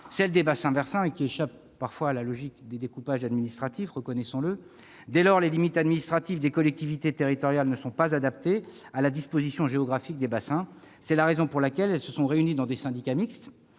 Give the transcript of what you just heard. celle des bassins versants. Elle échappe parfois à la logique des découpages administratifs. Dès lors, les limites administratives des collectivités territoriales ne sont pas adaptées à la disposition géographique des bassins. C'est la raison pour laquelle elles se sont réunies dans des syndicats mixtes,